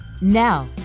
Now